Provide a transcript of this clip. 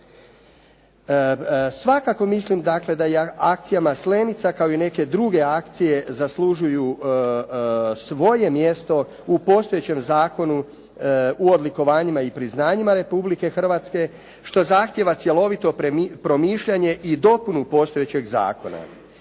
Svakako mislim dakle, da akcija Maslenica, kao i neke druge akcije zaslužuju svoje mjesto u postojećem Zakonu o odlikovanjima i priznanjima Republike Hrvatske, što zahtjeva cjelovito promišljanje i dopunu postojećeg zakona.